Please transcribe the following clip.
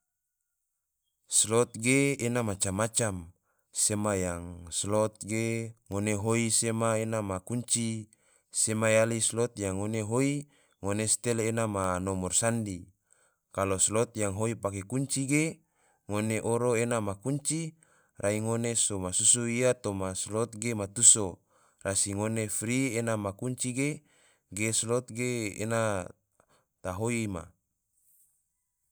Slot ge ena macam-macam, sema yang slot ge ngone hoi sema ena ma kunci, sema yali slot yang ngone hoi ngone stel ena ma nomor sandi, kalo slot yang hoi pake kunci ge, ngone oro ena ma kunci rai ngone so masusu ia toma slot ge ma tuso, rai ngone fri ena ma kunci ge, ge slot ge ena ta hoi ma.